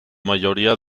mayoría